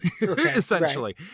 essentially